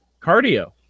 cardio